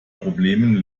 probleme